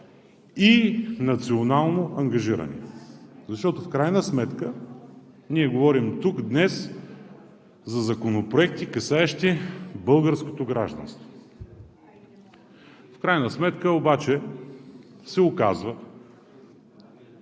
и национално ангажирани, защото ние говорим тук днес за законопроекти, касаещи българското гражданство. В крайна сметка обаче се оказа